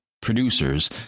producers